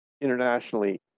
internationally